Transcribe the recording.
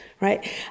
right